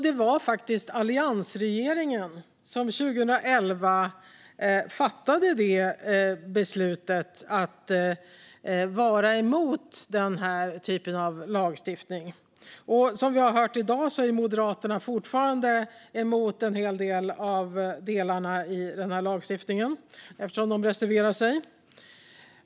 Det var alliansregeringen som år 2011 fattade beslutet att vara emot den här typen av lagstiftning. Som vi har hört i dag är Moderaterna fortfarande emot en hel del av delarna i denna lagstiftning eftersom de reserverar sig.